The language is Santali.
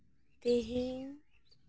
ᱛᱮᱦᱤᱧ